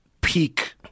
peak